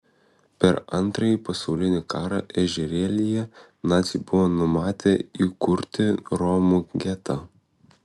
per antrąjį pasaulinį karą ežerėlyje naciai buvo numatę įkurti romų getą